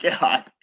God